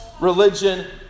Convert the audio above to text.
religion